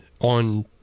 on